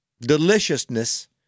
deliciousness